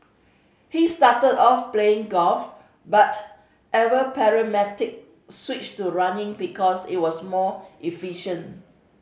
he started off playing golf but ever pragmatic switched to running because it was more efficient